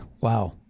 wow